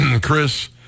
Chris